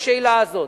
לשאלה הזאת.